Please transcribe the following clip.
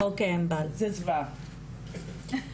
זה זוועה.